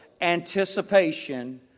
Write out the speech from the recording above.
anticipation